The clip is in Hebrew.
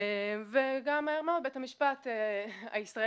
וגם מהר מאוד בית המשפט הישראלי,